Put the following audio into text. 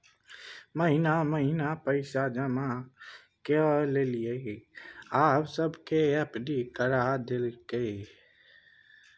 महिना महिना पैसा जमा केलियै आब सबके एफ.डी करा देलकै